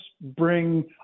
bring